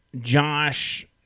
Josh